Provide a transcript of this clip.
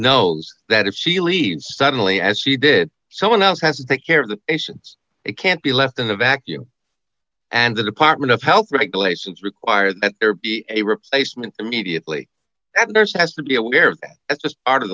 knows that if she leaves suddenly as she did someone else has to take care of the patients it can't be left in a vacuum and the department of health regulations require that there be a replacement immediately has to be aware of that it's just part of